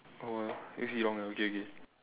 oh it's wrong ah okay K